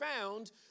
found